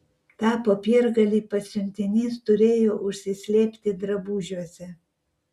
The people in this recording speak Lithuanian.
tą popiergalį pasiuntinys turėjo užsislėpti drabužiuose